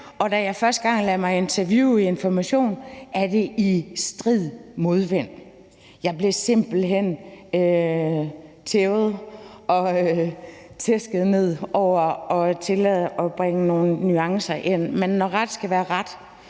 og da jeg første gang lader mig interviewe i Information, er vi i strid modvind. Jeg blev simpelt hen tævet og tæsket ned over at tillade mig at bringe nogle nuancer ind. Men når ret skal være ret,